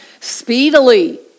speedily